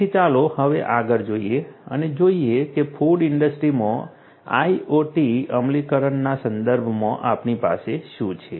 તેથી ચાલો હવે આગળ જોઈએ અને જોઈએ કે ફૂડ ઈન્ડસ્ટ્રીમાં IoT અમલીકરણના સંદર્ભમાં આપણી પાસે શું છે